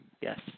Yes